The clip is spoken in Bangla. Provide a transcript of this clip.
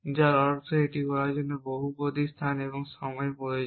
যার অর্থ এটির জন্য বহুপদী স্থান এবং সময় প্রয়োজন